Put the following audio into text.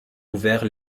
ouvert